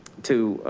to,